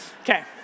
Okay